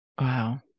Wow